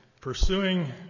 pursuing